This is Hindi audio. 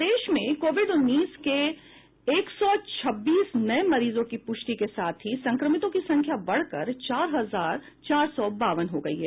प्रदेश में कोविड उन्नीस के एक सौ छब्बीस नये मरीजों की पुष्टि के साथ ही संक्रमितों की संख्या बढ़कर चार हजार चार सौ बावन हो गयी है